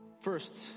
First